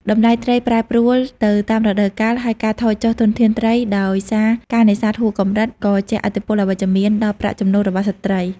តម្លៃត្រីប្រែប្រួលទៅតាមរដូវកាល ហើយការថយចុះធនធានត្រីដោយសារការនេសាទហួសកម្រិត ក៏ជះឥទ្ធិពលអវិជ្ជមានដល់ប្រាក់ចំណូលរបស់ស្ត្រី។